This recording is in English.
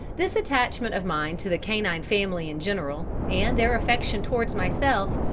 this attachment of mine to the canine family in general, and their affection towards myself,